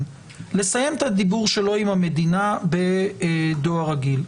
לסיים את הדיוור שלו עם המדינה בדואר רגיל.